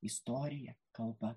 istorija kalba